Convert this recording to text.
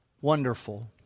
wonderful